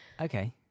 Okay